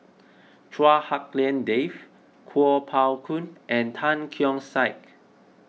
Chua Hak Lien Dave Kuo Pao Kun and Tan Keong Saik